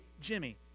Jimmy